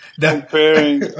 Comparing